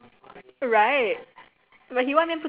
I think this is why my mother married him lor